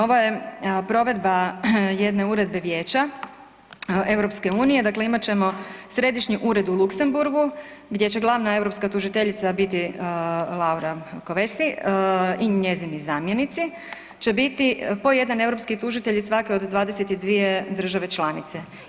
Ovo je provedba jedne uredbe Vijeća EU, dakle imati ćemo središnji ured u Luksemburgu gdje će glavna europska tužiteljica biti Laura Kövesi i njezini zamjenici će biti po jedan europski tužitelj od svake od 22 države članice.